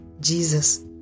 Jesus